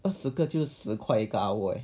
二十个就是十块一个 hour leh